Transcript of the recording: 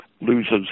loses